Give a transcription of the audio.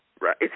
Right